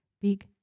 Big